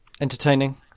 Entertaining